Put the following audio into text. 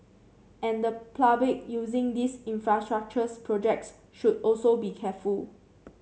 and the public using these infrastructures projects should also be careful